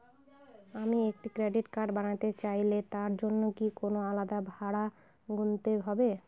আমি একটি credit card বানাতে চাইলে তার জন্য কি কোনো আলাদা ভাড়া গুনতে হবে?